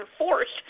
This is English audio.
enforced